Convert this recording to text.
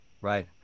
Right